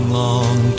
long